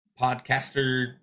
podcaster